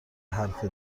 حرف